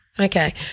Okay